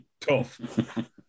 tough